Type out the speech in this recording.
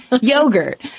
yogurt